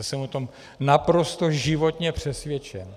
Jsem o tom naprosto životně přesvědčen.